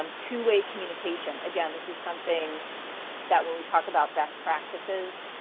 um two way communication. again, this is something that when we talk about best practices,